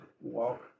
walk